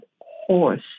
horse